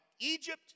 Egypt